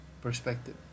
perspective